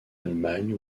allemagne